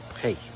Hey